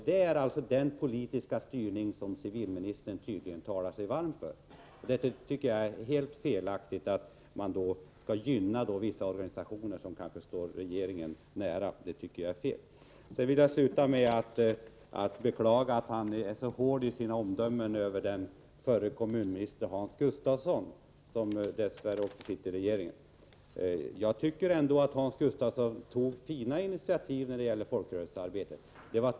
Det är tydligen den politiska styrningen som civilministern talar sig varm för. Jag tycker dock att det är helt felaktigt att gynna vissa organisationer som kanske står regeringen nära. Avslutningsvis vill jag säga att jag beklagar att civilministern är så hård i sina omdömen om förre kommunministern Hans Gustafsson — som, dess värre, sitter med i nuvarande regering. Jag tycker att Hans Gustafsson tog fina initiativ när det gäller folkrörelsearbetet.